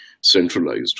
centralized